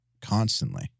constantly